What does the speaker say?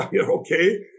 okay